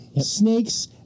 snakes